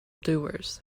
doers